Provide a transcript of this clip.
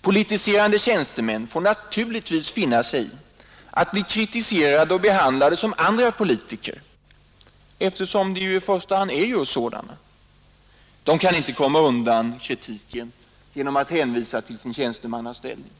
Politiserande tjänstemän får naturligtvis finna sig i att bli kritiserade och behandlade som andra politiker — eftersom de ju i första hand just är sådana. De kan inte komma undan kritiken genom att hänvisa till sin tjänstemannaställning.